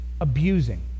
abusing